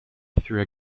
through